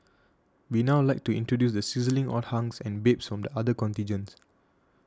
we now like to introduce the sizzling hot hunks and babes from the other contingents